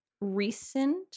recent